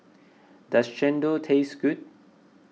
does Chendol taste good